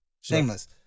Shameless